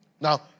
Now